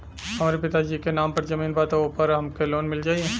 हमरे पिता जी के नाम पर जमीन बा त ओपर हमके लोन मिल जाई?